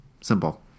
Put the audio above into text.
Simple